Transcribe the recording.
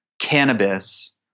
cannabis